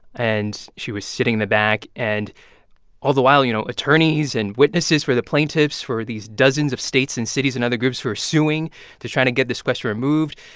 and she was sitting in the back. and all the while, you know, attorneys and witnesses for the plaintiffs for these dozens of states and cities and other groups who were suing to try to get this question removed,